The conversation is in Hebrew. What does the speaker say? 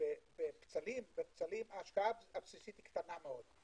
בפצלים ההשקעה הבסיסית היא קטנה מאוד.